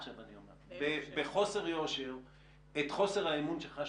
עכשיו אני אומר בחוסר יושר את חוסר האמון שחש